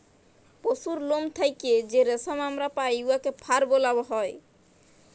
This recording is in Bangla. পশুর লম থ্যাইকে যে রেশম আমরা পাই উয়াকে ফার ব্যলা হ্যয়